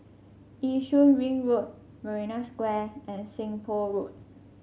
Yishun Ring Road Marina Square and Seng Poh Road